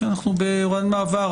אנחנו בהוראת מעבר,